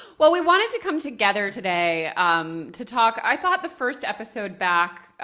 well, we wanted to come together today um to talk i thought the first episode back,